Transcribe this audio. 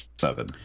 seven